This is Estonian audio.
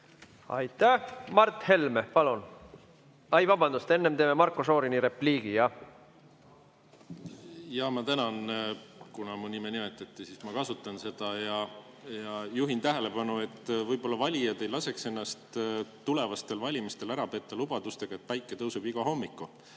Aitäh! Mart Helme, palun! Vabandust! Enne teeme Marko Šorini repliigi. Ma tänan. Kuna mu nime nimetati, siis ma kasutan seda [võimalust] ja juhin tähelepanu, et võib-olla valijad ei peaks laskma ennast tulevastel valimistel ära petta lubadustega, et päike tõuseb igal hommikul.